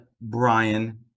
Brian